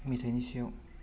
मेथाइनि सायाव